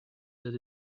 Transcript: that